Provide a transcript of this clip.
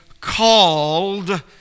called